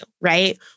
right